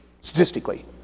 statistically